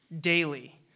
daily